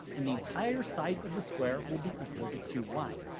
and the entire side of the square will be equal to two y.